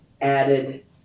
added